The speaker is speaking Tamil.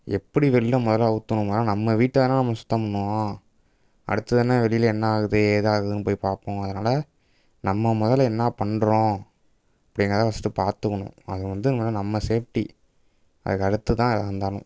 எப்படி வெளில முதல்ல ஊற்றுணுன்னா நம்ம வீட்டை தானே நம்ம சுத்தம் பண்ணுவோம் அடுத்து தானே வெளியில் என்ன ஆகுது ஏது ஆகுதுன்னு போய்ப் பார்ப்போம் அதனால் நம்ம முதல்ல என்ன பண்ணுறோம் அப்படிங்கிறத ஃபர்ஸ்ட்டு பார்த்துக்கணும் அது வந்து முதல்ல நம்ம சேஃப்டி அதுக்கடுத்து தான் எதாகருந்தாலும்